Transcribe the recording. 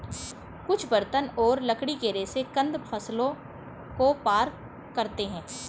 कुछ बर्तन और लकड़ी के रेशे कंद फसलों को पार करते है